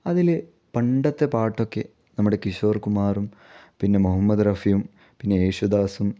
അതിൽ പണ്ടത്തെ പാട്ടൊക്കെ നമ്മുടെ കിഷോർ കുമാറും പിന്നെ മൊഹമ്മദ് റഫിയും പിന്നെ യേശുദാസും